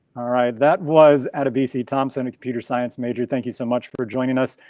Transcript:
all right, that was adebisi thompson, a computer science major. thank you so much for joining us.